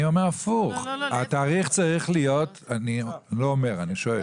אני אומר הפוך, אני לא אומר, אני שואל,